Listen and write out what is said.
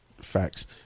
facts